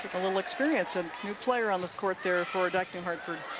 a little experience and new player on the court there for dyke new hartford.